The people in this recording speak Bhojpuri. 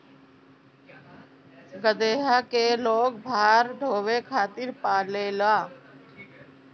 गदहा के लोग भार ढोवे खातिर पालेला